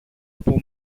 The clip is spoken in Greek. από